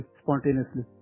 spontaneously